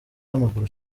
w’amaguru